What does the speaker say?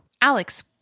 Alex